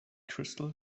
crystal